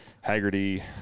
Haggerty